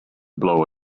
blow